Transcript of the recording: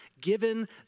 Given